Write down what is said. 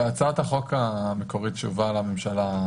בהצעת החוק המקורית שהובאה לממשלה,